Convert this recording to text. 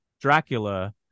Dracula